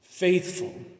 faithful